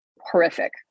horrific